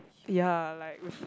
ya like